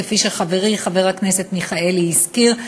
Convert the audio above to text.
כפי שחברי חבר הכנסת מיכאלי הזכיר,